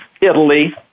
Italy